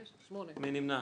8 נמנעים,